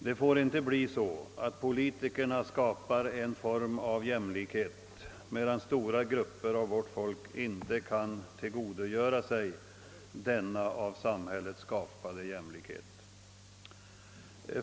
Det får inte bli så att politikerna skapar en form av jämlikhet, medan stora grupper av vårt folk inte kan tillgodogöra sig denna av samhället skapade jämlikhet.